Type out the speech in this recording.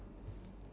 oh